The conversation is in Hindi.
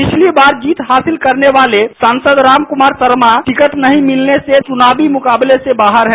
पिछली बार जीत हासिल करने वाले सांसद रामकुमार शर्मा टिकट नहीं मिलने से चुनावी मुकाबले से बाहर है